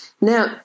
Now